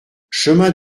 chemin